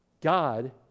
God